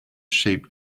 sheep